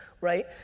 right